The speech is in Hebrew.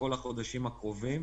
לכל החודשים הקרובים.